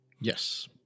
Yes